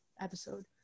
episode